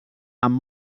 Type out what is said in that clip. amb